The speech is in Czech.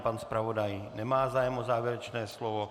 Pan zpravodaj nemá zájem o závěrečné slovo.